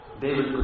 David